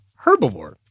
herbivore